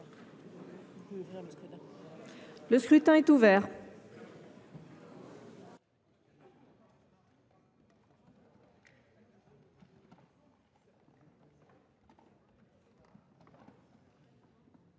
Le scrutin est ouvert.